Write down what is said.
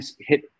hit